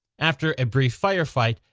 after a brief firefight,